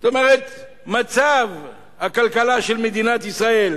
זאת אומרת, מצב הכלכלה במדינת ישראל